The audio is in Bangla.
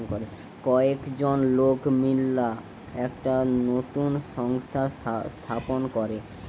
কয়েকজন লোক মিললা একটা নতুন সংস্থা স্থাপন করে